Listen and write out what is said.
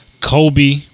Kobe